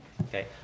Okay